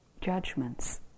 judgments